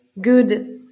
good